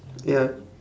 ya